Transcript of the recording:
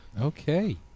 Okay